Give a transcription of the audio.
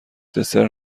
دسر